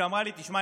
שאמרה לי: תשמע,